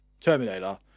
Terminator